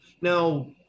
Now